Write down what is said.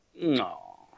No